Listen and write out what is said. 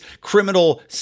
criminal